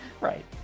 Right